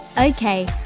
Okay